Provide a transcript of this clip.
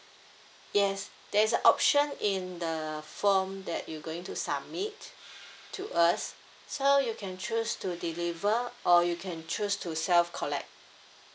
yes there is a option in the form that you going to submit to us so you can choose to deliver or you can choose to self collect